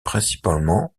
principalement